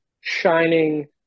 shining